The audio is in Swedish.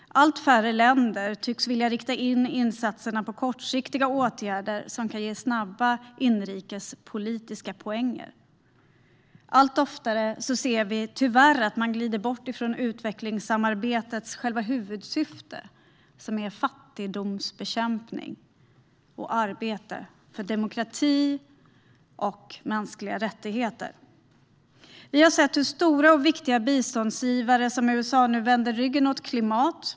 Allt fler länder tycks vilja rikta in insatserna på kortsiktiga åtgärder som kan ge snabba inrikespolitiska poänger. Allt oftare ser vi tyvärr att man glider bort från utvecklingssamarbetets huvudsyfte - fattigdomsbekämpning och arbete för demokrati och mänskliga rättigheter. Vi ser att stora och viktiga biståndsgivare, som USA, nu vänder ryggen åt klimatet.